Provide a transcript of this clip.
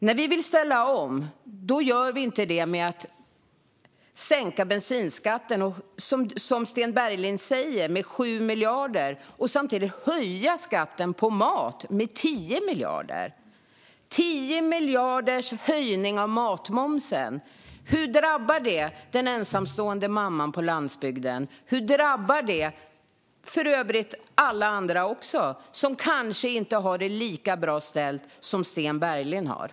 När vi vill ställa om gör vi inte det genom att, som Sten Bergheden säger, sänka bensinskatten med 7 miljarder kronor och samtidigt höja skatten på mat med 10 miljarder kronor. En höjning av matmomsen med 10 miljarder, hur drabbar det den ensamstående mamman på landsbygden, och hur drabbar det för övrigt alla andra också som kanske inte har det lika bra ställt som Sten Bergheden?